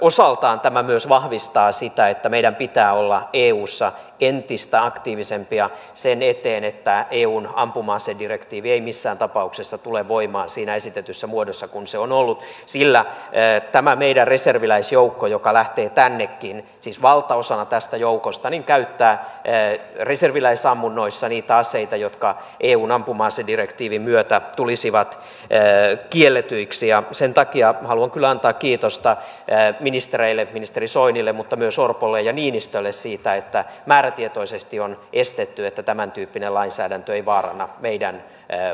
osaltaan tämä myös vahvistaa sitä että meidän pitää olla eussa entistä aktiivisempia sen eteen että eun ampuma asedirektiivi ei missään tapauksessa tule voimaan siinä esitetyssä muodossa kuin se on ollut sillä tämä meidän reserviläisjoukkomme joka lähtee tännekin siis valtaosahan tästä joukosta käyttää reserviläisammunnoissa niitä aseita jotka eun ampuma asedirektiivin myötä tulisivat kielletyiksi ja sen takia haluan kyllä antaa kiitosta ministereille ministeri soinille mutta myös orpolle ja niinistölle siitä että määrätietoisesti on estetty että tämäntyyppinen lainsäädäntö ei vaaranna meidän puolustusratkaisuamme